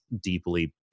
deeply